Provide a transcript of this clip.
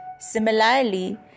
Similarly